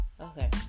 okay